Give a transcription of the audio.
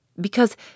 because